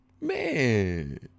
Man